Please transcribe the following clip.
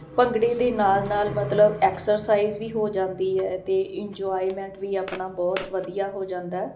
ਭੰਗੜੇ ਦੇ ਨਾਲ ਨਾਲ ਮਤਲਬ ਐਕਸਰਸਾਈਜ਼ ਵੀ ਹੋ ਜਾਂਦੀ ਹੈ ਤੇ ਇੰਜੋਏਮੈਟ ਵੀ ਆਪਣਾ ਬਹੁਤ ਵਧੀਆ ਹੋ ਜਾਂਦਾ